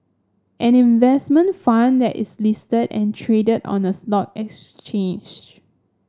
an investment fund that is listed and traded on a stock exchange